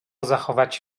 zachować